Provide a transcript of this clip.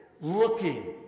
looking